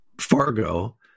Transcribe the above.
fargo